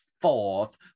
fourth